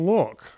Look